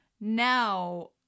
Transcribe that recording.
Now